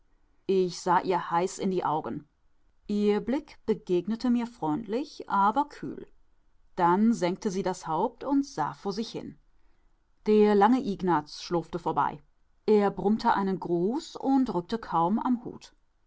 ich sah ihr heiß in die augen ihr blick begegnete mir freundlich aber kühl dann senkte sie das haupt und sah vor sich hin der lange ignaz schlurfte vorbei er brummte einen gruß und rückte kaum am hut